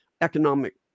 economic